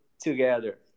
together